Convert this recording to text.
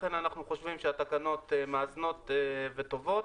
לכן אנחנו חושבים שהתקנות מאזנות וטובות.